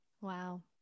Wow